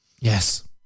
Yes